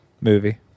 Movie